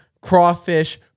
crawfish